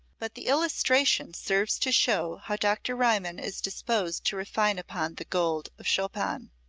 but the illustration serves to show how dr. riemann is disposed to refine upon the gold of chopin.